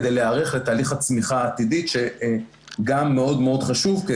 כדי להיערך לתהליך הצמיחה העתידית שגם מאוד מאוד חשוב.